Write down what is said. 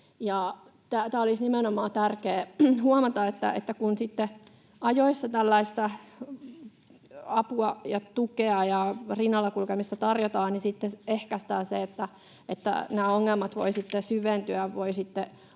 itse. Olisi nimenomaan tärkeää huomata, että kun ajoissa tällaista apua ja tukea ja rinnalla kulkemista tarjotaan, niin sitten ehkäistään sitä, että nämä ongelmat voivat sitten syventyä ja